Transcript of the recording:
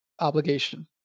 obligation